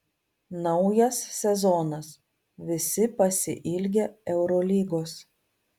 naujas sezonas visi pasiilgę eurolygos